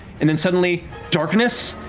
and then suddenly darkness,